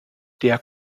der